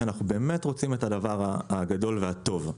כי אנחנו באמת רוצים את הדבר הגדול והטוב.